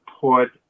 put